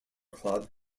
club